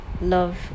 love